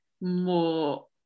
more